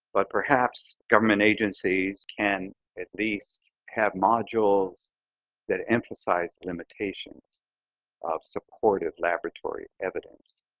but perhaps government agencies can at least have modules that emphasize limitations of supportive laboratory evidence.